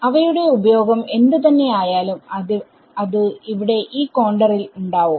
അവയുടെ ഉപയോഗം എന്ത് തന്നെ ആയാലും അത് ഇവിടെ ഈ കോണ്ടറിൽ ഉണ്ടാവും